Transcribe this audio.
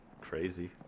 crazy